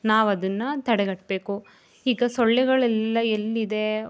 ನಾವದನ್ನು ತಡೆಗಟ್ಟಬೇಕು ಈಗ ಸೊಳ್ಳೆಗಳೆಲ್ಲ ಎಲ್ಲಿದೆ